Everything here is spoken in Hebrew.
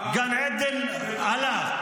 גן עדן עלה.